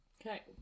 Okay